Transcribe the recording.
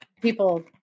people